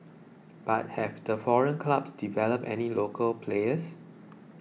but have the foreign clubs developed any local players